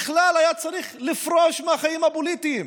היה צריך לפרוש מהחיים הפוליטיים,